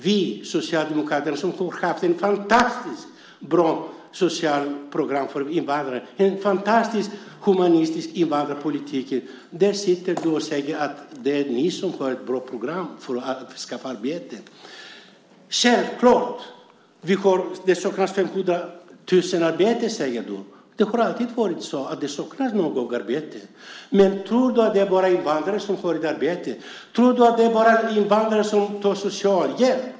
Vi socialdemokrater har haft ett fantastiskt bra socialt program för invandrare och en fantastiskt humanistisk invandrarpolitik, men nu står du och säger att det är ni som har ett bra program för att skaffa arbete. Självklart är det så: Det saknas 500 000 arbeten, som du säger. Det har alltid varit så att det är några som saknar arbete. Men tror du att det bara är invandrare som inte har arbete? Tror du att det bara är invandrare som får socialhjälp?